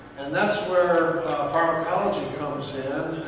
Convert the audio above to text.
and that's where pharmacology comes in.